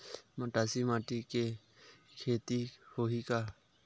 मटासी माटी म के खेती होही का?